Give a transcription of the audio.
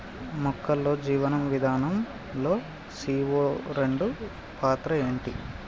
మొక్కల్లో జీవనం విధానం లో సీ.ఓ రెండు పాత్ర ఏంటి?